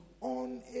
on